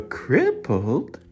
crippled